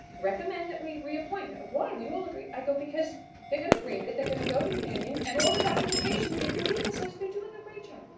recommend that we reappoint. why? we all agree. i go, because they're going to grieve it. they're going to go to the union and all the documentation they've been given says, they're doing a great job.